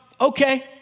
Okay